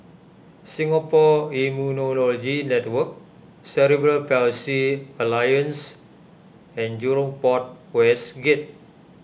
Singapore Immunology Network Cerebral Palsy Alliance and Jurong Port West Gate